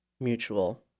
Mutual